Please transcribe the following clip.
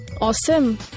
Awesome